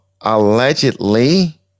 allegedly